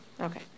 Okay